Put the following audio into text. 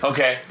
Okay